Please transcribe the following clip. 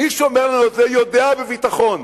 יודע בביטחון